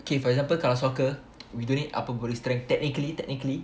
okay for example kalau soccer we don't need upper body strength technically technically